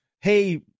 hey